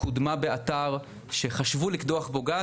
היא קודמה באתר שחשבו לקדוח בו גז,